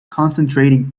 concentrating